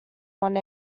one